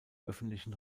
öffentlichen